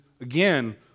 again